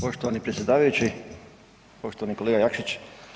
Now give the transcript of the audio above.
Poštovani predsjedavajući, poštovani kolega Jakšić.